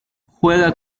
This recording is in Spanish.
juega